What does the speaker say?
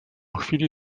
chwili